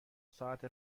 ساعت